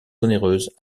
onéreuse